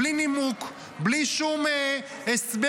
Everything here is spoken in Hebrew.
בלי נימוק, בלי שום הסבר.